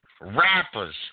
rappers